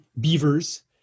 beavers